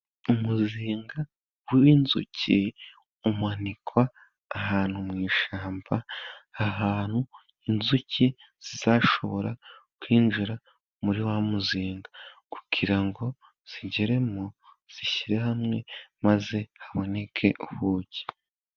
Umuzinga w'inzuki umanikwa ahantu mu ishyamba, ahantu inzuki zizashobora kwinjira muri wa muzinga kugira ngo zigeremo, zishyire hamwe maze haboneke ubuki.